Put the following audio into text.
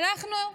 הלכנו,